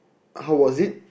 how was it